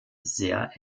sehr